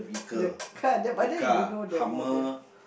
the car the but then you don't know the model